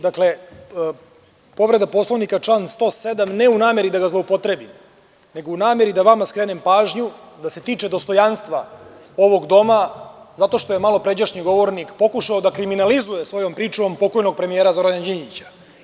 Dakle, povreda Poslovnika član 107, ne u nameri da ga zloupotrebim, nego u nameri da vama skrenem pažnju da se tiče dostojanstva ovog doma, zato što je malopređašnji govornik pokušao da kriminalizuje svojom pričom pokojnog premijera Zorana Đinđića.